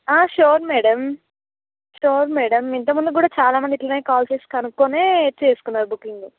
sure madam sure madam ఇంతకుముందు కూడా చాలా మంది ఇట్లనే కాల్ చేసి కనుకోని చేసుకున్నారు బుకింగ్